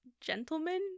gentlemen